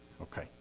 Okay